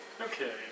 Okay